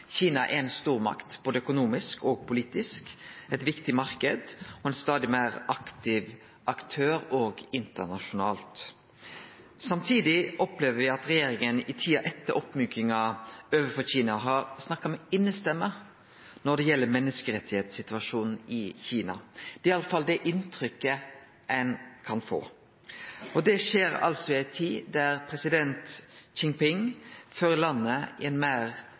Kina er ei stormakt både økonomisk og politisk, ein viktig marknad og ein stadig meir aktiv aktør òg internasjonalt. Samtidig opplever vi at regjeringa i tida etter oppmjukinga overfor Kina har snakka med innestemme når det gjeld menneskerettssituasjonen i Kina. Det er iallfall det inntrykket ein kan få. Og det skjer altså i ei tid der president Xi Jinping fører landet i ei meir